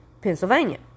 Pennsylvania